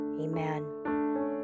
Amen